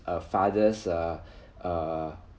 err father's err err